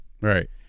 Right